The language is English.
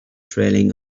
trailing